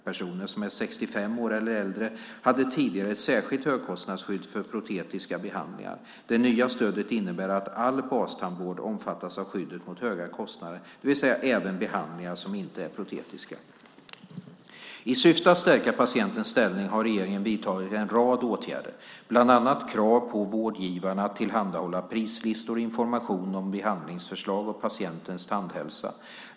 Personer som är 65 år eller äldre hade tidigare ett särskilt högkostnadsskydd för protetiska behandlingar. Det nya stödet innebär att all bastandvård omfattas av skyddet mot höga kostnader, det vill säga även behandlingar som inte är protetiska. I syfte att stärka patientens ställning har regeringen vidtagit en rad åtgärder, bland annat krav på vårdgivarna att tillhandahålla prislistor och information om behandlingsförslag och patientens tandhälsa.